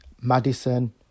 Madison